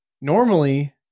Normally